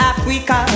Africa